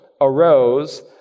arose